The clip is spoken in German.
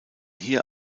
hier